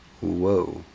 Whoa